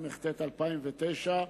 התשס"ט 2009,